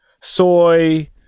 soy